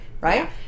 right